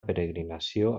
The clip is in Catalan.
peregrinació